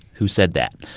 who said that?